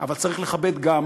אבל צריך לכבד גם